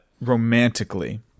romantically